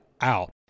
out